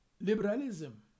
Liberalism